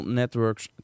networks